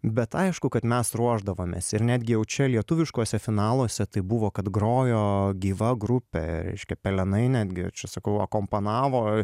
bet aišku kad mes ruošdavomės ir netgi jau čia lietuviškuose finaluose tai buvo kad grojo gyva grupė reiškia pelenai netgi čia sakau akompanavo